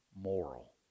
moral